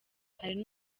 hari